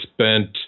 spent